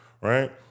right